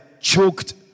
choked